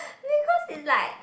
because it's like